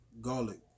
garlic